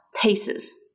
PACES